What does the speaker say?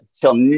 till